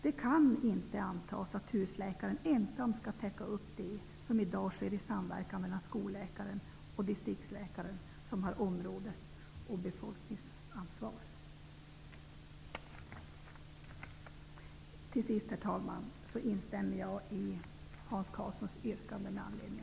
Det kan inte förutsättas att husläkaren ensam skall täcka upp den verksamhet som i dag sker i samverkan mellan skolläkaren och distriktsläkaren, vilka har områdes och befolkningsansvar. Till sist, herr talman, vill jag instämma i Hans